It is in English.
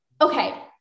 Okay